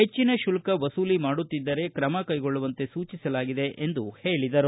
ಹೆಚ್ಚಿನ ಶುಲ್ಕ ವಸೂಲಿ ಮಾಡುತ್ತಿದ್ದರೆ ಕ್ರಮ ಕೈಗೊಳ್ಳುವಂತೆ ಸೂಚಿಸಲಾಗಿದೆ ಎಂದು ಅವರು ಹೇಳಿದರು